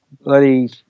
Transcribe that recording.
Bloody